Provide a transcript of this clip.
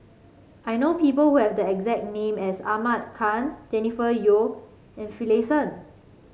I know people who have the exact name as Ahmad Khan Jennifer Yeo and Finlayson